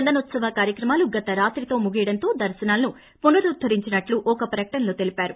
చందనోత్సవ కార్యక్రమాలు గత రాత్రితో ముగియడంతో దర్శనాలను పున రుద్దరించనున్నట్టు ఒక ప్రకటనలో తెలిపారు